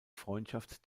freundschaft